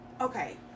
Okay